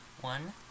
One